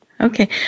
Okay